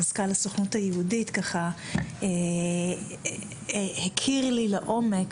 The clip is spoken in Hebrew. מזכ"ל הסוכנות היהודית ככה הכיר לי לעומק